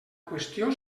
qüestió